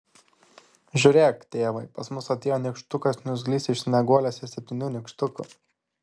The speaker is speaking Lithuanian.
žiūrėk tėvai pas mus atėjo nykštukas niurzglys iš snieguolės ir septynių nykštukų